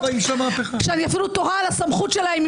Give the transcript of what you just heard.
שאני אפילו תוהה על הסמכות שלהן,